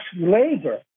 labor